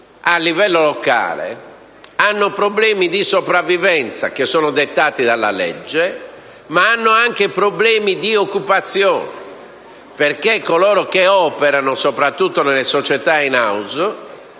a livello locale, hanno problemi di sopravvivenza, che sono dettati dalla legge, ma hanno anche problemi di occupazione, perché molti di coloro che operano soprattutto nelle società *in house*